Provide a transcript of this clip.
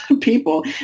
people